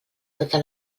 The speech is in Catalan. tota